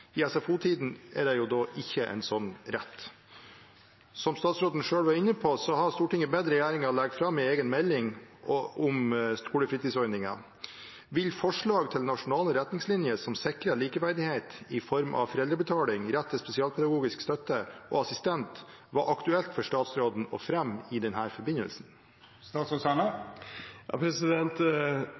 I SFO-tiden er det ikke en slik rett. Som statsråden selv var inne på, har Stortinget bedt regjeringen om å legge fram en egen melding om skolefritidsordningen. Vil forslaget til nasjonale retningslinjer som sikrer likeverdighet i form av foreldrebetaling og rett til spesialpedagogisk støtte og assistent, være aktuelt for statsråden å fremme i